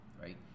right